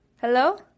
Hello